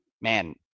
Man